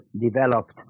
developed